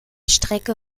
strecke